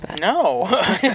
No